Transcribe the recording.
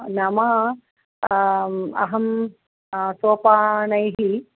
नाम अहं सोपानैः